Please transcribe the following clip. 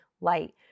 light